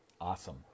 Awesome